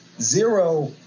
Zero